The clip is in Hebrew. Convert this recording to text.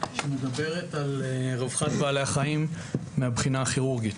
שמדברת על רווחת בעלי החיים מהבחינה הכירורגית.